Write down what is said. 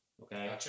okay